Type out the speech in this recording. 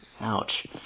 ouch